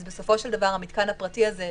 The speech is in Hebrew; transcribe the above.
אז בסופו של דבר המתקן הפרטי הזה,